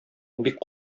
бик